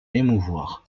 émouvoir